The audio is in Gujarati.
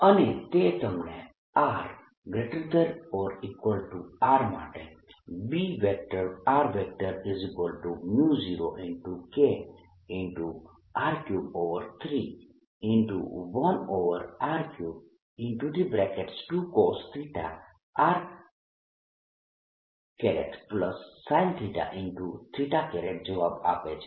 અને તે તમને r≥R માટે B0KR331r32cosθ rsinθ જવાબ આપે છે